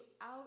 out